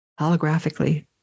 holographically